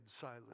Silas